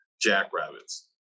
Jackrabbits